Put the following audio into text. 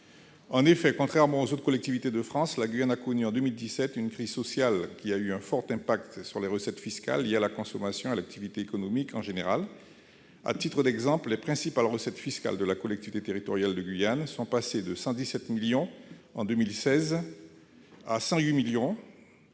En effet, contrairement aux autres collectivités de France, la Guyane a connu en 2017 une crise sociale qui a eu un fort impact sur les recettes fiscales liées à la consommation et à l'activité économique en général. À titre d'exemple, les principales recettes fiscales de la collectivité territoriale de Guyane, la CTG, sont passées de 117,2 millions d'euros en 2016 à 108 millions